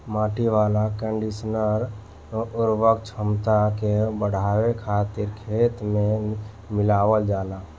माटी वाला कंडीशनर उर्वरक क्षमता के बढ़ावे खातिर खेत में मिलावल जाला